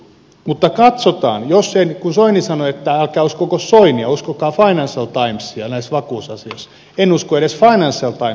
mutta kun soini sanoi että älkää uskoko soinia uskokaa financial timesia näissä vakuusasioissa en usko edes financial timesia